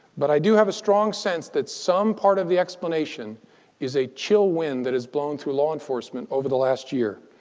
but i do have a strong sense that some part of the explanation is a chill wind that has blown through law enforcement over the last year.